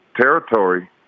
territory